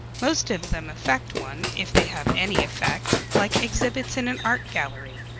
most of them affect one, if they have any effect, like exhibits in an art gallery,